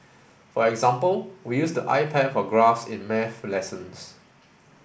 for example we use the iPad for graphs in maths lessons